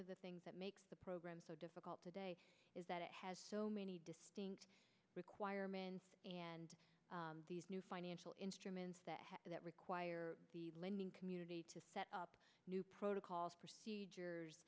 of the things that makes the program so difficult today is that it has so many distinct requirements and these new financial instruments that require the lending community to set up new protocols